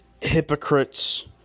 hypocrites